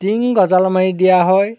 টিং গজাল মাৰি দিয়া হয়